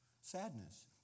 Sadness